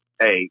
hey